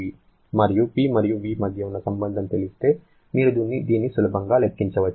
మరియు P మరియు V మధ్య ఉన్న సంబంధం తెలిస్తే మీరు దీన్ని సులభంగా లెక్కించవచ్చు